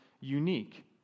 unique